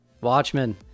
Watchmen